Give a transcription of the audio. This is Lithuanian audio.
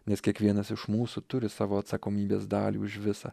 nes kiekvienas iš mūsų turi savo atsakomybės dalį už visą